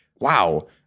wow